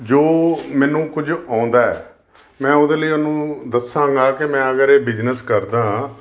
ਜੋ ਮੈਨੂੰ ਕੁੱਝ ਆਉਂਦਾ ਹੈ ਮੈਂ ਉਹਦੇ ਲਈ ਉਹਨਾਂ ਨੂੰ ਦੱਸਾਂਗਾ ਕਿ ਮੈਂ ਅਗਰ ਇਹ ਬਿਜ਼ਨਸ ਕਰਦਾ ਹਾਂ